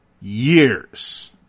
years